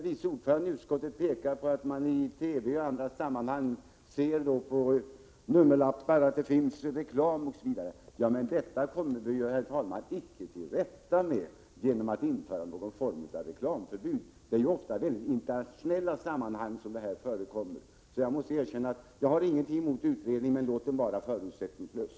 Vice ordföranden i utskottet pekar nu på att man i TV och andra sammanhang ser tobaksreklam på nummerlappar osv. Detta kommer vi emellertid, herr talman, icke till rätta med genom att införa någon form av reklamförbud. Detta förekommer ju oftast i internationella sammanhang. Jag måste erkänna att jag inte har något emot utredningen — men låt den vara förutsättningslös.